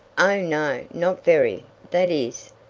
oh, no, not very that is,